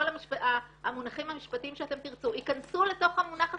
כל המונחים המשפטיים שאתם תרצו ייכנסו לתוך המונח הסכמה.